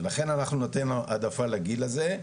ולכן אנחנו ניתן העדפה לגיל הזה.